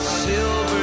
silver